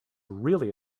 really